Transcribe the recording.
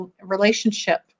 relationship